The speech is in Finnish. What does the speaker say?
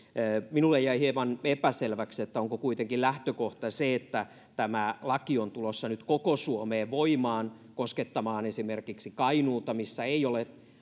minulle jäi hieman epäselväksi onko kuitenkin lähtökohta se että tämä laki on tulossa nyt koko suomeen voimaan koskettamaan esimerkiksi kainuuta missä ei ole